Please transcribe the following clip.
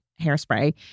Hairspray